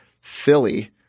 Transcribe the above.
Philly